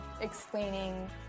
explaining